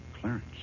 Clarence